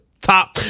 top